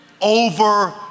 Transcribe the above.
over